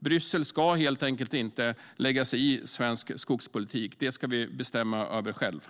Bryssel ska helt enkelt inte lägga sig i svensk skogspolitik. Den ska vi bestämma över själva.